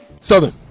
Southern